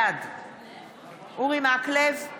בעד אורי מקלב,